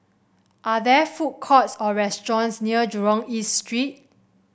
are there food courts or restaurants near Jurong East Street